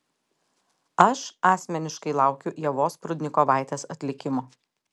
aš asmeniškai laukiu ievos prudnikovaitės atlikimo